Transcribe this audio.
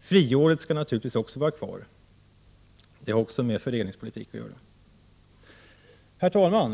Friåret skall naturligtvis vara kvar. Också det har med fördelningspolitik att göra. Herr talman!